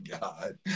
God